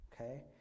okay